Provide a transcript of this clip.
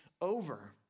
over